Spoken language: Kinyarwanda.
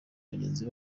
bagenzi